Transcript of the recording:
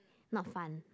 not fun